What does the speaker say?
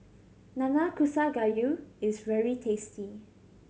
Nanakusa Gayu is very tasty